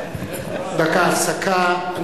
דקה הפסקה.